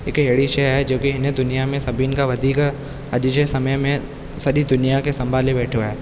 हिकु अहिड़ी शइ आहे जेकी हिन दुनिया में सभिनि खां वधीक अॼ जे समय में सॼी दुनिया खे संभाले वेठो आहे